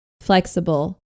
flexible